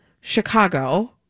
Chicago